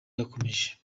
irakomeje